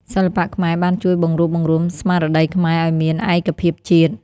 សិល្បៈខ្មែរបានជួយបង្រួបបង្រួមស្មារតីខ្មែរឱ្យមានឯកភាពជាតិ។